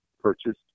purchased